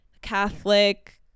catholic